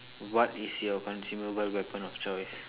what is your consumable weapon of choice